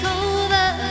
over